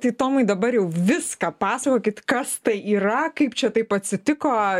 tai tomai dabar jau viską pasakokit kas tai yra kaip čia taip atsitiko